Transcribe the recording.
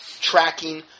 tracking